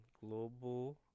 global